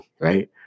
right